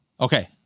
Okay